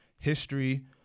history